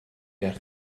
eich